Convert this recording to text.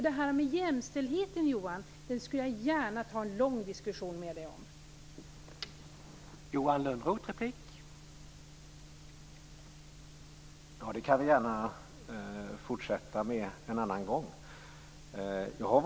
Det här med jämställdhet skulle jag gärna ta en lång diskussion med Johan Lönnroth om.